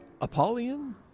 Apollyon